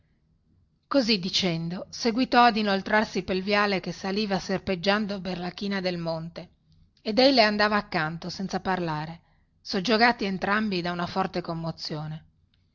così dicendo seguitò ad inoltrarsi pel viale che saliva serpeggiando per la china del monte ed ei le andava accanto senza parlare soggiogati entrambi da una forte commozione